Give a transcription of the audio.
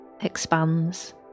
expands